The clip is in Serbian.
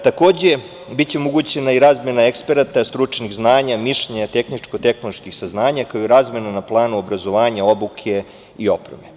Takođe, biće omogućena i razmena eksperata, stručnih znanja, mišljenja, tehničko-tehnoloških saznanja, kao i razmena na planu obrazovanja, obuke i opreme.